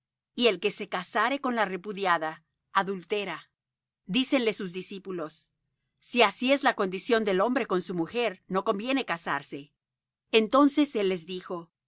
y el que se casare con la repudiada adultera dícenle sus discípulos si así es la condición del hombre con su mujer no conviene casarse entonces él les dijo no